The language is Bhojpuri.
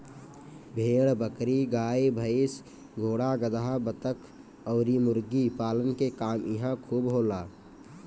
भेड़ बकरी, गाई भइस, घोड़ा गदहा, बतख अउरी मुर्गी पालन के काम इहां खूब होला